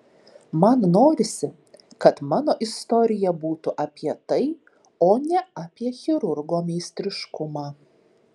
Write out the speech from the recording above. man norisi kad mano istorija būtų apie tai o ne apie chirurgo meistriškumą